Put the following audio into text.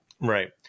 Right